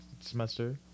semester